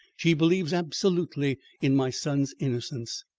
she believes absolutely in my son's innocence.